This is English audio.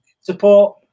support